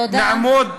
תודה.